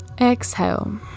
Exhale